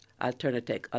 Alternative